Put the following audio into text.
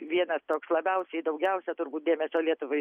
vienas toks labiausiai daugiausia turbūt dėmesio lietuvai